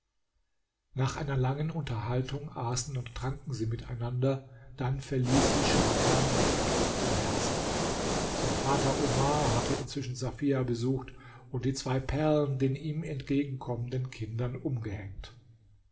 nach einer langen unterhaltung aßen und tranken sie miteinander dann verließ sie scharkan mit betrübtem herzen sein vater omar hatte inzwischen safia besucht und die zwei perlen den ihm entgegenkommenden kindern umgehängt